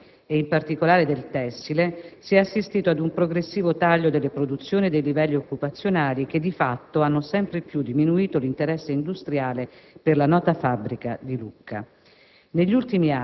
generale e in particolare del tessile si è assistito ad un progressivo taglio delle produzioni e dei livelli occupazionali che di fatto hanno sempre più diminuito l'interesse industriale per la nota fabbrica di Lucca.